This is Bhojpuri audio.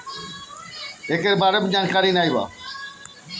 सफ़ेद लेघोर्न नस्ल कअ मुर्गी सबसे ज्यादा अंडा देले